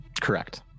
Correct